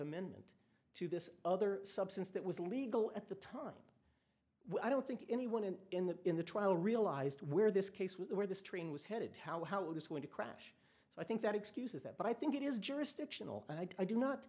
amendment to this other substance that was legal at the time i don't think anyone in the in the trial realized where this case was where this train was headed how it is going to crash so i think that excuses that but i think it is jurisdictional i do not